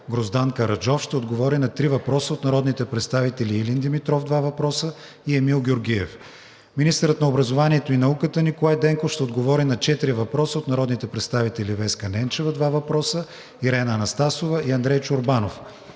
Гроздан Караджов ще отговори на три въпроса от народните представители Илин Димитров – два въпроса; и Емил Георгиев; - министърът на образованието и науката Николай Денков ще отговори на четири въпроса от народните представители Веска Ненчева – два въпроса; Ирена Анастасова; и Андрей Чорбанов;